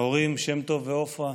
ההורים שם-טוב ועפרה,